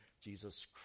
Jesus